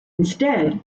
instead